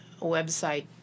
website